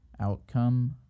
outcome